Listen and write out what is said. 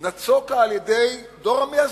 יצוקה על-ידי דור המייסדים.